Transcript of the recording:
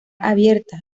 abierta